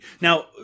Now